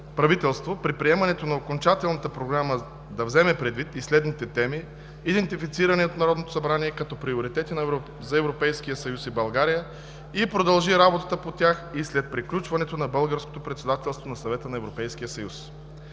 правителство при приемането на окончателната програма да вземе предвид и следните теми, идентифицирани от Народното събрание като приоритетни за Европейския съюз и България, и продължи работата по тях и след приключването на българското председателство на Съвета на Европейския съюз: